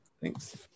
Thanks